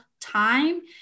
time